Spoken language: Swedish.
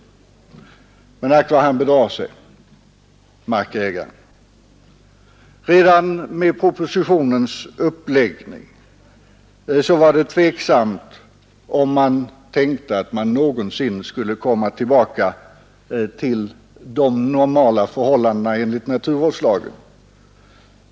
Men ack vad han bedrog sig, markägaren! Redan med propositionens uppläggning var det tveksamt, om man tänkte att man någonsin skulle komma tillbaka till de normala förhållandena enligt naturvårdslagen.